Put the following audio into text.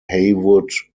haywood